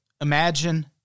Imagine